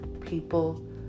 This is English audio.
people